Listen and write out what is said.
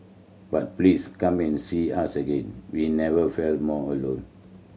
but please come and see us again we never felt more alone